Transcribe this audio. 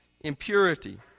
impurity